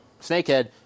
snakehead